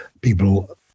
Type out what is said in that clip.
people